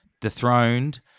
dethroned